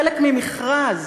חלק ממכרז,